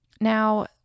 Now